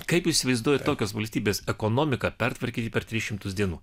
kaip įsivaizduojat tokios valstybės ekonomiką pertvarkyti per tris šimtus dienų